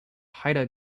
haida